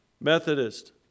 Methodist